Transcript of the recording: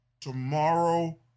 tomorrow